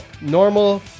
normal